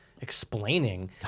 explaining